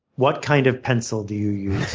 what kind of pencil do you